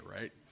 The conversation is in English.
right